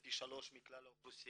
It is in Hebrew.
זה פי 3 מכלל האוכלוסייה,